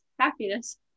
Happiness